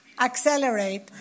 accelerate